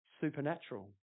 supernatural